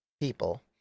people